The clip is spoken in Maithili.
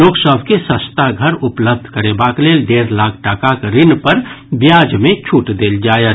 लोक सभ के सस्ता घर उपलब्ध करेबाक लेल डेढ़ लाख टाकाक ऋण पर ब्याज मे छूट देल जायत